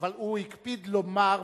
אבל הוא הקפיד לומר,